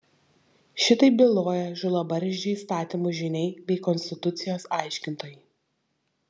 šitaip byloja žilabarzdžiai įstatymų žyniai bei konstitucijos aiškintojai